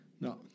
No